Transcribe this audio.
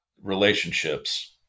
relationships